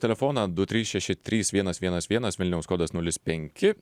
telefoną du trys šeši trys vienas vienas vienas vilniaus kodas nulis penki